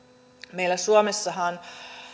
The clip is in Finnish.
meillä suomessahan